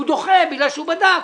הוא דוחה בגלל שהוא בדק.